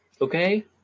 Okay